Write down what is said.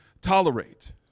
tolerate